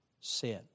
sin